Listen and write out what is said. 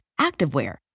activewear